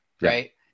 Right